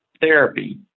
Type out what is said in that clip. therapy